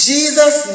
Jesus